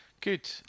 Good